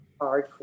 hard